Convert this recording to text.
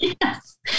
Yes